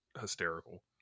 hysterical